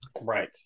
right